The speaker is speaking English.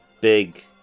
big